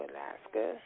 Alaska